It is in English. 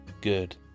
good